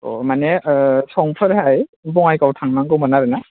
अ माने समफोराव बङाइगाव थांनांगौ दङमोन